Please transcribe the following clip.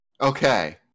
Okay